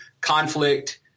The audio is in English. conflict